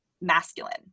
masculine